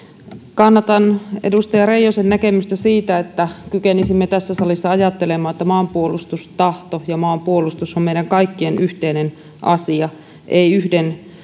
kannatan edustaja reijosen näkemystä siitä että kykenisimme tässä salissa ajattelemaan että maanpuolustustahto ja maanpuolustus on meidän kaikkien yhteinen asia ei yhden